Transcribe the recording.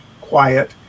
quiet